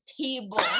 table